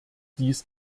dies